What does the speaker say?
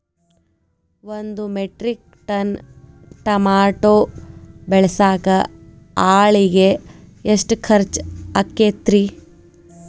ಒಂದು metric ton tomato ಬೆಳಸಾಕ್ ಆಳಿಗೆ ಎಷ್ಟು ಖರ್ಚ್ ಆಕ್ಕೇತ್ರಿ?